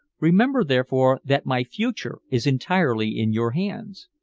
remember, therefore, that my future is entirely in your hands.